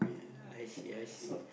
I see I see